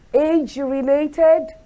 age-related